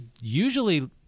usually